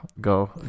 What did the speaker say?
go